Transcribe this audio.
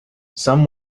some